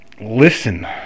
Listen